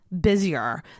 busier